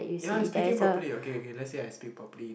ya speaking properly okay okay let's say I speak properly